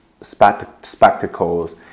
spectacles